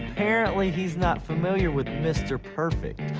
apparently he's not familiar with mr. perfect.